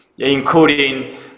Including